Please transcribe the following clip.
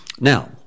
Now